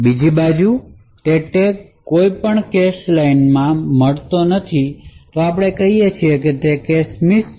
બીજી બાજુ તે ટેગ કોઈપણ કેશ લાઇનમાં મળતો નથી તો આપણે કહી શકીએ કે ત્યાં કેશમિસ છે